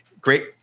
great